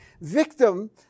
victim